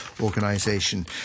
Organization